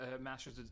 masters